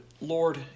Lord